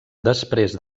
després